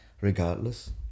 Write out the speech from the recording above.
regardless